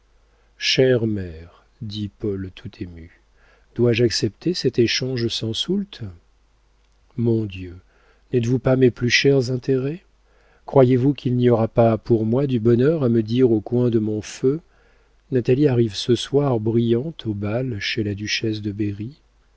chère mère dit paul tout ému dois-je accepter cet échange sans soulte mon dieu n'êtes-vous pas mes plus chers intérêts croyez-vous qu'il n'y aura pas pour moi du bonheur à me dire au coin de mon feu natalie arrive ce soir brillante au bal chez la duchesse de